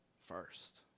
first